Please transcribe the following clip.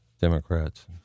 Democrats